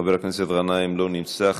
חבר הכנסת גנאים, לא נמצא,